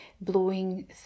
blowing